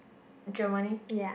Germany